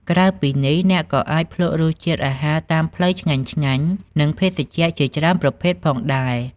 ក្រៅពីនេះ អ្នកក៏អាចភ្លក់រសជាតិអាហារតាមផ្លូវឆ្ងាញ់ៗ និងភេសជ្ជៈជាច្រើនប្រភេទផងដែរ។